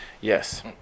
Yes